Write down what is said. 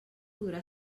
podrà